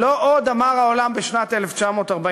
"לא עוד", אמר העולם בשנת 1945,